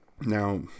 Now